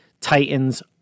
Titans